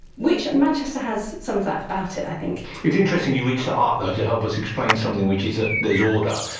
which manchester has some of that about it i think. it's interesting you reach to art though to help us explain something which is, there's order,